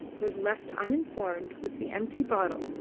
was left uninformed with the empty bottle,